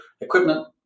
equipment